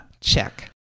Check